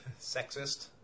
sexist